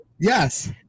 Yes